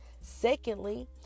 Secondly